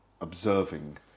observing